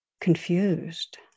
confused